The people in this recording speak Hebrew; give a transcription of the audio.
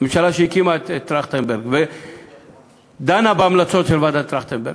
הממשלה שהקימה את ועדת טרכטנברג ודנה בהמלצות של ועדת טרכטנברג,